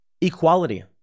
equality